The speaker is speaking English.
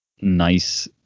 Nice